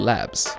Labs